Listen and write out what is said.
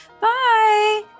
Bye